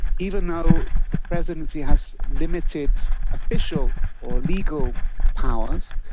even though the presidency has limited official or legal powers,